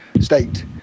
state